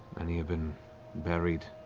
many have been buried,